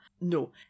no